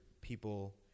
people